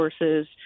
resources